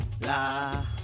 la